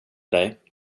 dig